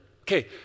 Okay